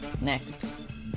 Next